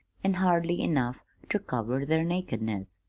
an' hardly enough ter cover their nakedness.